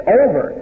over